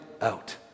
out